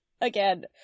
Again